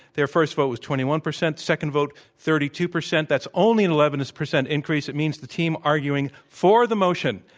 their first vote was twenty one percent, second vote, thirty two percent. that's only an eleven percent increase. it means the team arguing for the motion,